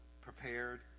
prepared